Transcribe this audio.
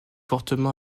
fortement